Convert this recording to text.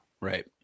right